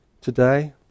today